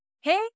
Hey